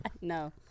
No